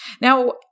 Now